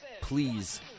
please